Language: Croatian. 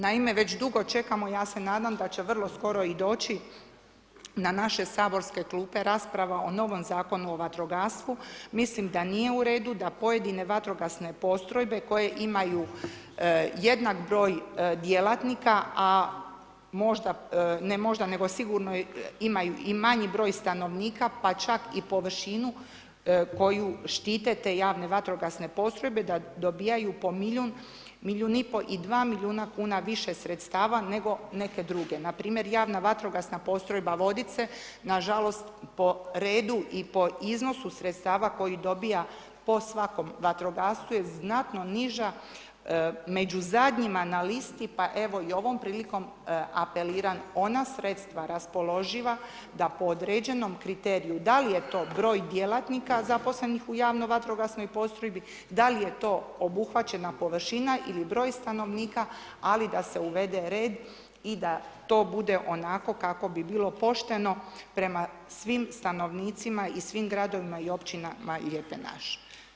Naime, već dugo čekamo ja sa nadam da će vrlo skoro i doći na naše saborske klupe i rasprava o novom Zakonu o vatrogastvu, mislim da nije u redu da pojedine vatrogasne postrojbe koje imaju jednak broj djelatnika, a možda, ne možda nego sigurno imaju i manji broj stanovnika pa čak i površinu koju štite te javne vatrogasne postrojbe da dobijaju milijun, milijun i po i dva milijuna kuna više sredstava nego neke druge, npr. Javna vatrogasna postrojba Vodice na žalost po redu i po iznosu sredstava koji dobija po svakom vatrogascu je znatno niža među zadnjima na listi pa evo i ovom prilikom apeliram ona sredstva raspoloživa da po određenom kriteriju, da li je to broj djelatnika zaposlenih u javno vatrogasnoj postrojbi, da li je to obuhvaćena površina ili broj stanovnika, ali da se uvede red i da to bude onako kako bi bilo pošteno prema svim stanovnicima i svim građanima i općinama lijepe naše.